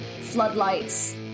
floodlights